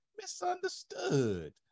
Misunderstood